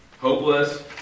Hopeless